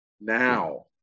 Now